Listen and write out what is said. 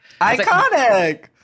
iconic